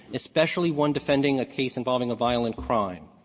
especially one defending a case involving a violent crime,